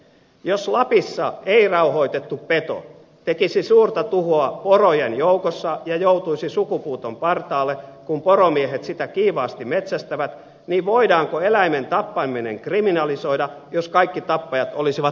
jos lapissa ei rauhoitettu peto tekisi suurta tuhoa porojen joukossa ja joutuisi sukupuuton partaalle kun poromiehet sitä kiivaasti metsästävät niin voidaanko eläimen tappaminen kriminalisoida jos kaikki tappajat olisivat saamelaisia